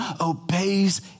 obeys